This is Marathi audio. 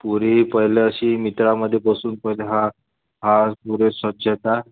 पूरी पहिलं अशी मित्रामध्ये बसून पहिले हा हा पूरे स्वच्छता